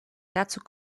dazu